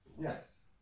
Yes